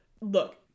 look